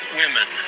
women